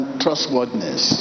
trustworthiness